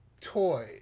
toy